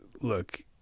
look